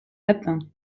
lapin